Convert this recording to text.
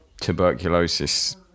tuberculosis